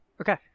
Okay